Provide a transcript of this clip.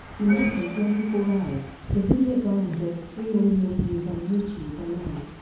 in less than twenty four hours, the video garnered over three million views on youtube alone,